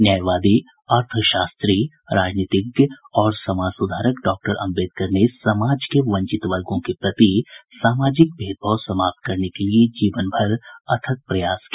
न्यायवादी अर्थशास्त्री राजनीतिज्ञ और समाज सुधारक डॉक्टर आम्बेडकर ने समाज के वंचित वर्गों के प्रति सामाजिक भेदभाव समाप्त करने के लिए जीवन भर अथक प्रयास किया